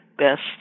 best